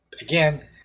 again